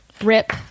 rip